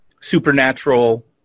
supernatural